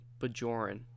Bajoran